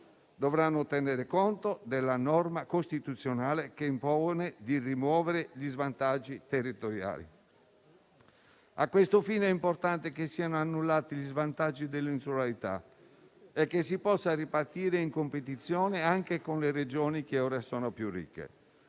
dovranno tenere conto della norma costituzionale che impone di rimuovere gli svantaggi territoriali. A questo fine, l'importante è che siano annullati gli svantaggi dell'insularità e che si possa ripartire in competizione anche con le Regioni che ora sono più ricche.